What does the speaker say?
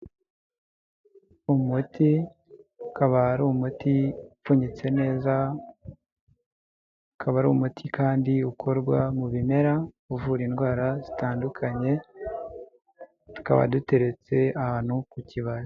Umuti ukaba ari umuti upfunyitse neza, ukaba ari umuti kandi ukorwa mu bimera, uvura indwara zitandukanye, tukaba duteretse ahantu ku kibaya.